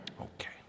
Okay